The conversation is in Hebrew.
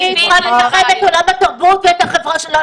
אני צריכה ל --- את עולם התרבות ואת החברה שלנו,